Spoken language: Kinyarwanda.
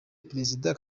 perezida